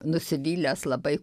nusivylęs labai